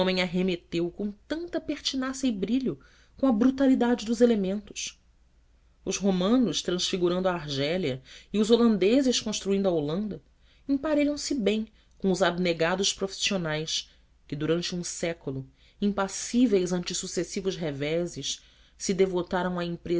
homem arremeteu com tamanha pertinácia e brilho com a brutalidade dos elementos os romanos transfigurando a argélia e os holandeses construindo a holanda emparelham se bem com os abnegados profissionais que durante um século impassíveis ante sucessivos reveses se devotaram